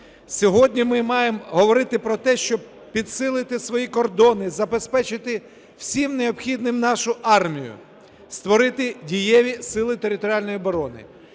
Сьогодні ми маємо говорити про те, щоб підсилити свої кордони, забезпечити всім необхідним нашу армію, створити дієві сили територіальної оборони.